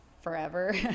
forever